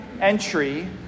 entry